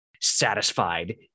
satisfied